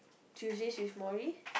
Tuesdays with Morrie